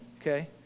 Okay